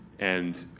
and